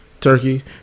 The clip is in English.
Turkey